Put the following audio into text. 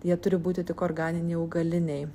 jie turi būti tik organiniai augaliniai